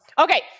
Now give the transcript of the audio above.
Okay